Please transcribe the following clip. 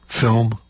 film